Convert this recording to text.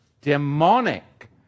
demonic